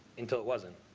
until it wasn't